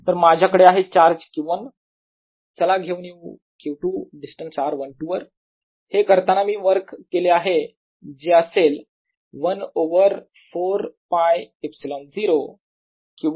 तर माझ्याकडे आहे चार्ज Q1 चला घेऊन येऊ Q2 डिस्टन्स r12 वर हे करताना मी वर्क केले आहे जे असेल 1 over 4ㄫε0 Q1 Q2 over r12